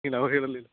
ಇಲ್ಲ ಇಲ್ಲ